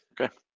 Okay